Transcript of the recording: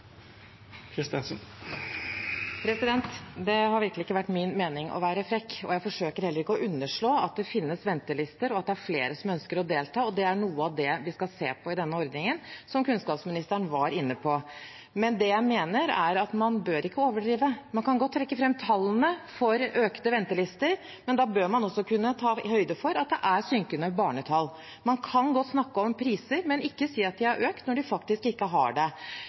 Det har virkelig ikke vært min mening å være frekk, og jeg forsøker heller ikke å underslå at det finnes ventelister, og at det er flere som ønsker å delta. Det er noe av det vi skal se på i denne ordningen, som kunnskapsministeren var inne på. Men det jeg mener, er at man bør ikke overdrive. Man kan godt trekke fram tallene for økte ventelister, men da bør man også kunne ta høyde for at det er synkende barnetall. Man kan godt snakke om priser, men ikke si at de har økt når de faktisk ikke har det.